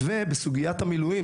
בסוגיית המילואים,